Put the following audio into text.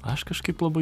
aš kažkaip labai